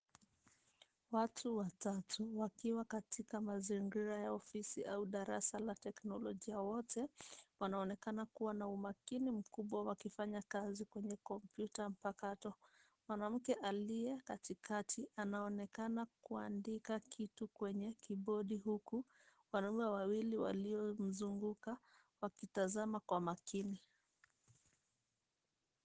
Watu watatu wakiwa katika mazingira ya ofisi au darasa la teknolojia. Wote wanaonekana kuwa na umakini mkubwa wakifanya kazi kwenye kompyuta mpakato. Mwanamke aliye katikati anaonekana kuandika kitu kwa kibodi huku wanaume wawili waliomzunguka wakitazama kwa makini.